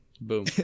Boom